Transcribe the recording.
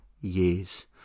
years